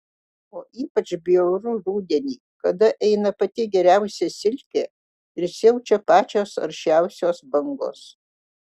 o ypač bjauru rudenį kada eina pati geriausia silkė ir siaučia pačios aršiausios bangos